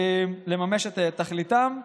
לממש את תכליתם.